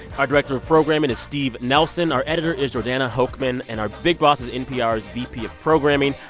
our director of programming is steve nelson. our editor is jordana hochman. and our big boss is npr's vp of programming,